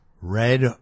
Red